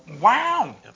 Wow